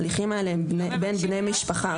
ההליכים האלה הם בין בני משפחה,